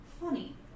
funny